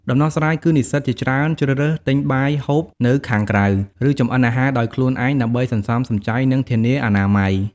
ដំណោះស្រាយគឺនិស្សិតជាច្រើនជ្រើសរើសទិញបាយហូបនៅខាងក្រៅ ឬចម្អិនអាហារដោយខ្លួនឯងដើម្បីសន្សំសំចៃ និងធានាអនាម័យ។